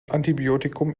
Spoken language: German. antibiotikum